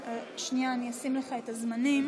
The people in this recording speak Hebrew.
שנייה, אשים לך את הזמנים.